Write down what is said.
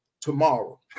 Tomorrow